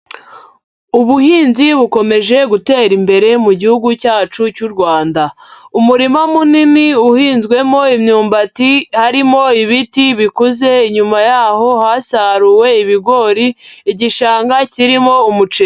Ubuhinzi bukomeje gutera imbere mu gihugu cyacu cy'u Rwanda, umurima munini uhinzwemo imyumbati, harimo ibiti bikuze, inyuma yaho hasaruwe ibigori, igishanga kirimo umuceri.